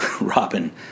robin